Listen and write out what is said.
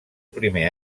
primer